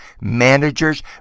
managers